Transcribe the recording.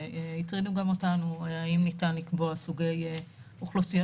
שהטרידו גם אותנו האם ניתן לקבוע סוגי אוכלוסיות